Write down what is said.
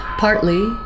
Partly